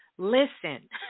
Listen